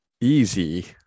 easy